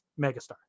megastar